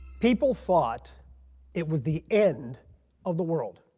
people thought it was the end of the world.